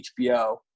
HBO